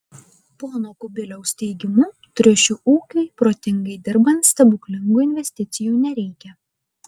pono kubiliaus teigimu triušių ūkiui protingai dirbant stebuklingų investicijų nereikia